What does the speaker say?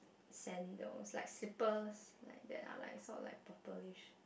sandals like slippers like that ah sort of like purplish